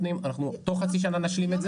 תוך חצי שנה נשלים את זה.